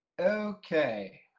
Okay